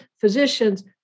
physicians